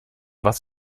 was